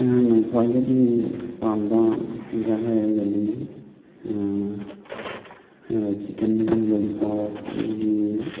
ꯑꯩꯍꯥꯛꯅ ꯈ꯭ꯋꯥꯏꯗꯒꯤ ꯄꯥꯝꯕ ꯆꯤꯟꯖꯥꯛ ꯍꯥꯏꯔꯒꯗꯤ ꯆꯤꯛꯀꯟ ꯂꯣꯂꯤꯄꯣꯞ ꯑꯗꯒꯤ